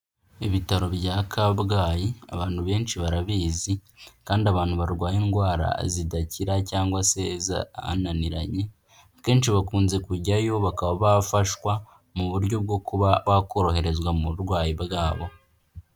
Ibitaro bya Kabgayi abantu benshi barabizi kandi abantu barwaye indwara zidakira cyangwa se zananiranye, akenshi bakunze kujyayo bakaba bafashwa mu buryo bwo kuba bakoroherezwa mu burwayi bwabo.